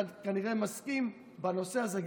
אתה כנראה מסכים בנושא הזה,